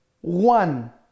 one